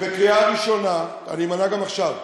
בקריאה ראשונה, אני אמנע גם עכשיו.